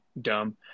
dumb